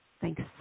Thanks